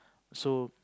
so